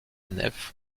nef